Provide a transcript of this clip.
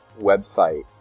website